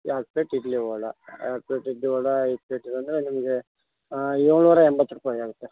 ಎರಡು ಪ್ಲೇಟ್ ಇಡ್ಲಿ ವಡೆ ಎರಡು ಪ್ಲೇಟ್ ಇಡ್ಲಿ ವಡೆ ಐದು ಪ್ಲೇಟಿಗೆ ಅಂದರೆ ನಿಮಗೆ ಏಳುನೂರ ಎಂಬತ್ತು ರೂಪಾಯಿ ಆಗುತ್ತೆ